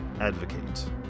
advocate